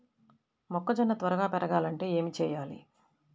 మొక్కజోన్న త్వరగా పెరగాలంటే ఏమి చెయ్యాలి?